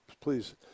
please